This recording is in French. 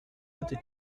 doigté